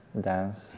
dance